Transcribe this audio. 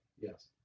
Yes